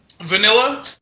vanilla